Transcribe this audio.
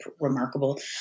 remarkable